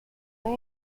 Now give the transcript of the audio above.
know